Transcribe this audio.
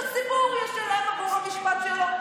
שהציבור ישלם עבור המשפט שלו.